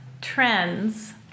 trends